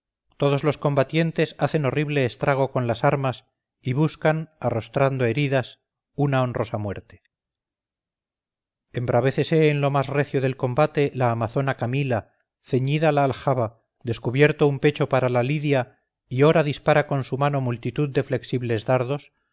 todos los combatientes hacen horrible estrago con las armas y buscan arrostrando heridas una honrosa muerte embravécese en lo más recio del combate la amazona camila ceñida la aljaba descubierto un pecho para la lidia y ora dispara con su mano multitud de flexibles dardos